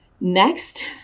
Next